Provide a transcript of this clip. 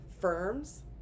firms